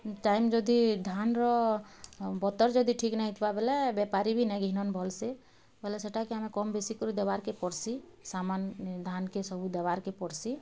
time ଯଦି ଧାନ୍ର ବତର୍ ଯଦି ଠିକ୍ ନାଇଁ ଥିବା ବୋଲେ ବେପାରୀ ବି ନେଇଁ ଘିନନ୍ ଭଲ୍ସେ ବୋଲେ ସେଟାକି ଆମେ କମ୍ ବେଶୀ କରି ଦେବାର୍କେ ପଡ଼ସି ସାମାନ୍ ଧାନ୍କେ ଦେବାରୁ କେ ପଡ଼ସି